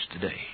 today